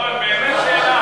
נכון, באמת שאלה.